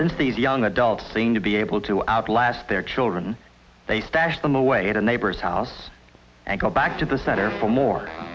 since these young adults seem to be able to outlast their children they stash them away in a neighbor's house and go back to the center for more